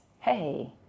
hey